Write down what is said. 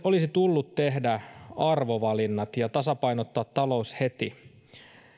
olisi tullut tehdä arvovalinnat ja tasapainottaa talous heti